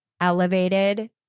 elevated